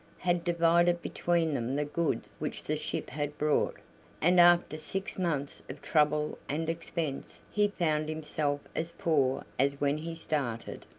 had divided between them the goods which the ship had brought and after six months of trouble and expense he found himself as poor as when he started,